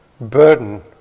burden